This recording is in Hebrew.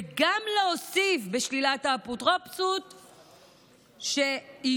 וגם להוסיף בשלילת האפוטרופסות שיהיו